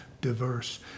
diverse